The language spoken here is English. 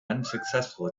unsuccessful